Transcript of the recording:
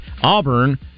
Auburn